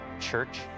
Church